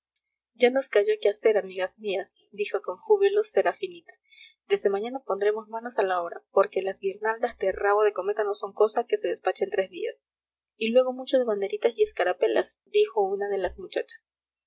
ya nos cayó que hacer amigas mías dijo con júbilo serafinita desde mañana pondremos manos a la obra porque las guirnaldas de rabo de cometa no son cosa que se despache en tres días y luego mucho de banderitas y escarapelas dijo una de las muchachas